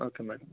okay madam